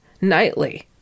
nightly